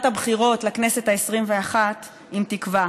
הבחירות לכנסת העשרים ואחת עם תקווה